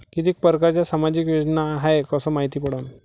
कितीक परकारच्या सामाजिक योजना हाय कस मायती पडन?